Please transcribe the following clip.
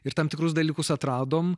ir tam tikrus dalykus atradom